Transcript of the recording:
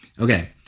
Okay